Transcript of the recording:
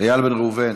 איל בן ראובן,